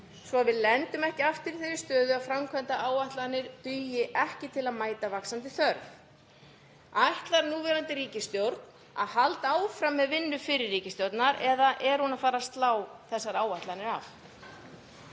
svo við lendum ekki aftur í þeirri stöðu að framkvæmdaáætlanir dugi ekki til að mæta vaxandi þörf? Ætlar núverandi ríkisstjórn að halda áfram með vinnu fyrri ríkisstjórnar eða er hún að fara að slá þessar áætlanir af?